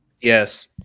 Yes